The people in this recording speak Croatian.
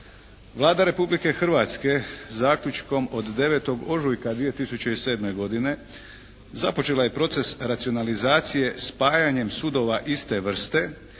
Vlada Republike Hrvatske zaključkom od 9. ožujka 2007. godine započela je proces racionalizacije spajanjem sudova iste vrste